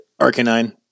Arcanine